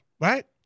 right